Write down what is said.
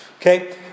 okay